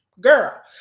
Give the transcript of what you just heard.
girl